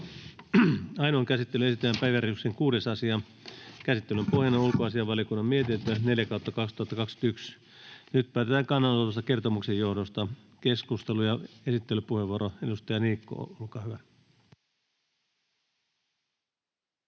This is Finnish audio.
Ainoaan käsittelyyn esitellään päiväjärjestyksen 6. asia. Käsittelyn pohjana on ulkoasiainvaliokunnan mietintö UaVM 4/2021 vp. Nyt päätetään kannanotosta kertomuksen johdosta. — Keskustelu, esittelypuheenvuoro, edustaja Niikko, olkaa hyvä.